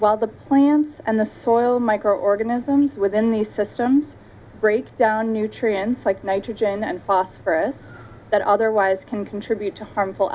while the plants and the soil microorganisms within these systems break down nutrients like nitrogen and phosphorus that otherwise can contribute to harmful